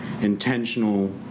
intentional